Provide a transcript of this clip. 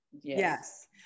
Yes